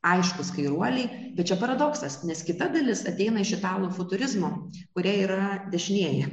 aiškūs kairuoliai bet čia paradoksas nes kita dalis ateina iš italų futurizmo kurie yra dešinieji